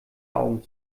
augen